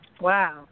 Wow